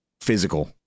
Physical